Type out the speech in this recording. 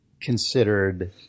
considered